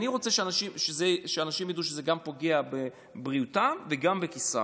אני רוצה שאנשים ידעו שזה פוגע גם בבריאותם וגם בכיסם.